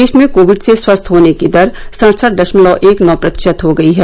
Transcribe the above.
देश में कोविड से स्वस्थ होने की दर सड़सठ दशमलव एक नौ प्रतिशत हो गई है